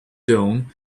dawn